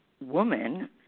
woman